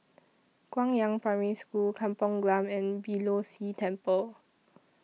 Guangyang Primary School Kampong Glam and Beeh Low See Temple